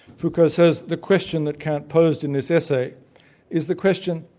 foucault says the question that kant posed in this essay is the question,